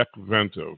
Techvento